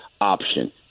option